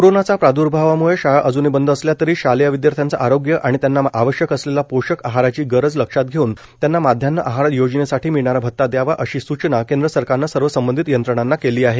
कोरोनाच्या प्रादुर्भावामुळं शाळा अजूनही बंद असल्या तरी शालेय विदयार्थ्याचं आरोग्य आणि त्यांना आवश्यक असलेल्या पोषक आहाराची गरज लक्षात घेऊन त्यांना माध्यान्ह आहार योजनेसाठी मिळणारा भता द्यावा अशी सूचना केंद्र सरकारनं सर्व संबंधित यंत्रणांना केली आहे